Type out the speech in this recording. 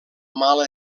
mal